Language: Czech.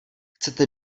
chcete